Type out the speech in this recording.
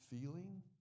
feeling